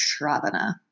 Shravana